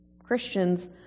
Christians